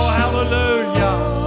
hallelujah